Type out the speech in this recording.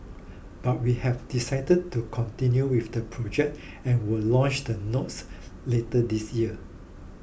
but we have decided to continue with the project and will launch the notes later this year